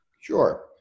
Sure